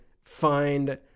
find